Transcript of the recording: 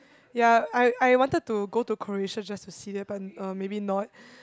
ya I I wanted to go to Croatia just to see that but uh maybe not